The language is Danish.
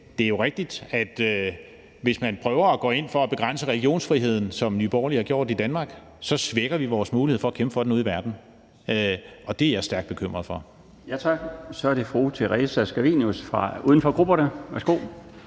det er jo rigtigt, at hvis man prøver at gå ind og begrænse religionsfriheden, som Nye Borgerlige har gjort i Danmark, så svækker vi vores mulighed for at kæmpe for den ude i verden, og det er jeg stærkt bekymret for. Kl. 20:55 Den fg. formand (Bjarne Laustsen): Tak.